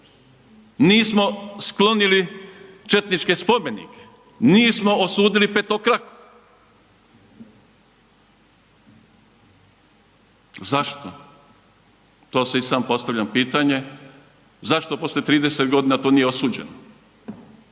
Nismo sklonili četničke spomenike, nismo osudili petokraku. Zašto? To si i sam postavljam pitanje. Zašto poslije 30 godina to nije osuđeno?